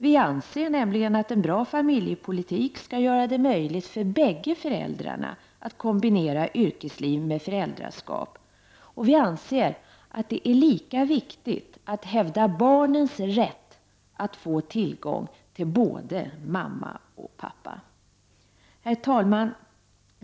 Vi anser nämligen att en bra familjepolitik skall göra det möjligt för bägge föräldrarna att kombinera yrkesliv med föräldraskap, och vi anser att det är lika viktigt att hävda barnens rätt att få tillgång till både mamma och pappa. Herr talman!